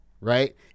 right